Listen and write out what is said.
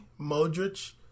Modric